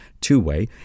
two-way